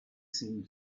seen